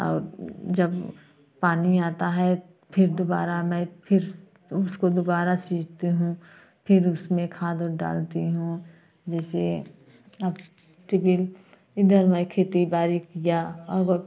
और जब पानी आता है फिर दुबारा में फिर उसको दुबारा सींचती हूँ फिर उसमे खाद उद डालती हूँ जैसे टिबिल इधर मैं खेती बाड़ी किया